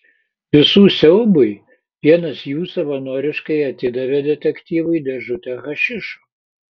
visų siaubui vienas jų savanoriškai atidavė detektyvui dėžutę hašišo